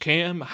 Cam